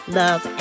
love